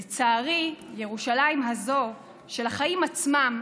לצערי, ירושלים הזו, של החיים עצמם,